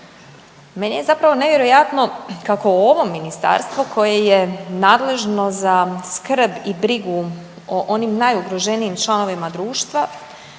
Meni je zapravo nevjerojatno kako ovo Ministarstvo koje je nadležno za skrb i brigu o onim najugroženijim članovima društva